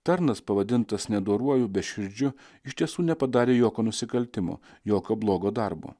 tarnas pavadintas nedoruoju beširdžiu iš tiesų nepadarė jokio nusikaltimo jokio blogo darbo